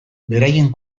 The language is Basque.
beraien